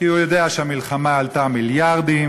כי הוא יודע שהמלחמה עלתה מיליארדים,